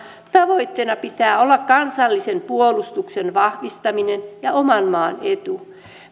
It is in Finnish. tavoitteena pitää olla kansallisen puolustuksen vahvistaminen ja oman maan etu